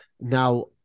Now